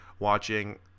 watching